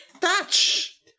touch